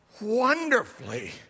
wonderfully